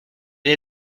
est